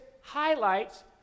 highlights